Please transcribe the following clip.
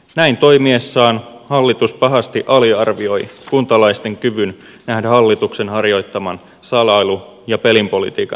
näin toimiessaan hallitus pahasti aliarvioi kuntalaisten kyvyn nähdä hallituksen harjoittaman salailu ja pelin politiikan taakse